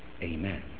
amen